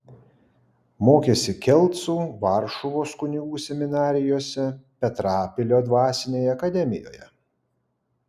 mokėsi kelcų varšuvos kunigų seminarijose petrapilio dvasinėje akademijoje